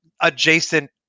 adjacent